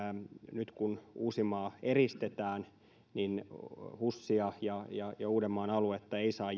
nyt kun uusimaa eristetään niin husia ja ja uudenmaan aluetta ei saa